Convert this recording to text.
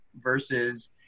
versus